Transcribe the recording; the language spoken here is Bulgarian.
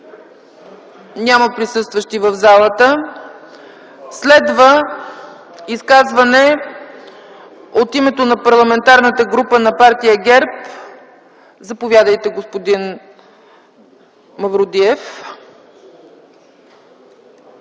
Няма присъстващи в залата. Следва изказване от името на Парламентарната група на партия ГЕРБ. Заповядайте, господин Мавродиев.